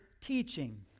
teaching